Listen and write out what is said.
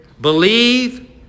Believe